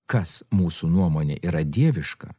kas mūsų nuomone yra dieviška